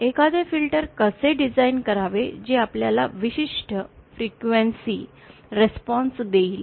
एखादे फिल्टर कसे डिझाइन करावे जे आपल्याला विशिष्ट इच्छित फ्रीक्वन्सी रिस्पॉन्स देईल